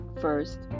first